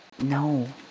No